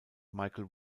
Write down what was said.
michael